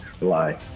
lie